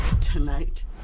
tonight